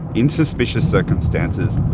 in suspicious circumstances,